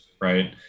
right